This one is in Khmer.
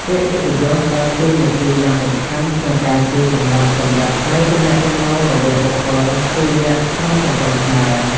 ពាក្យកិត្តិយសដើរតួនាទីយ៉ាងសំខាន់ក្នុងការជួយកំណត់កម្រិតនៃទំនាក់ទំនងរវាងបុគ្គលពីរនាក់ក្នុងសង្គមខ្មែរ។